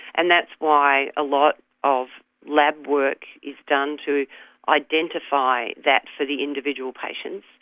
and that's why a lot of lab work is done to identify that for the individual patients,